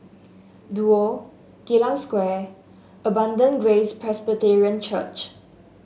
Duo Geylang Square Abundant Grace Presbyterian Church